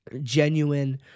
genuine